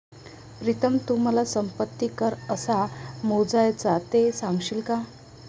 प्रीतम तू मला संपत्ती कर कसा मोजायचा ते सांगशील का?